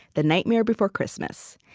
the nightmare before christmas.